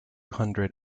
hundred